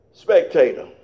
Spectator